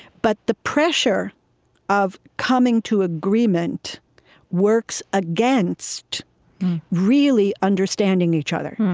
but the pressure of coming to agreement works against really understanding each other,